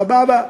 סבבה.